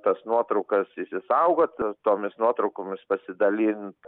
tas nuotraukas išsisaugot tomis nuotraukomis pasidalint